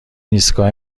ایستگاه